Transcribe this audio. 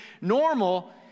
normal